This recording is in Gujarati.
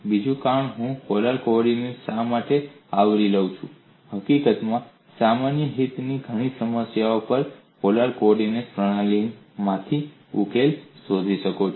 બીજું કારણ હું આ પોલર કોઓર્ડિનેટ્સ શા માટે આવરી લઉં છું હકીકતમાં સામાન્ય હિતની ઘણી સમસ્યાઓ તમે પોલર કોઓર્ડિનેટ્સ પ્રણાલીમાંથી ઉકેલ શોધી શકો છો